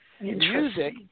music